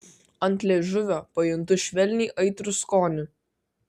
ant liežuvio pajuntu švelniai aitrų skonį